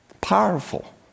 powerful